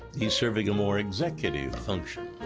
he's serving a more executive function.